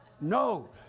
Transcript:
No